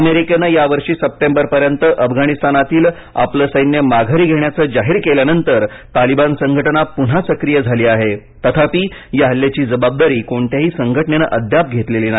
अमेरिकेनं यावर्षी सप्टेंबरपर्यंत अफगाणिस्तानातील आपलं सैन्य माघारी घेण्याचं जाहीर केल्यानंतर तालिबान संघटना पुन्हा सक्रिय झाली आहे तथापि या हल्ल्याची जबाबदारी कोणत्याही संघटनेनं अद्याप घेतलेली नाही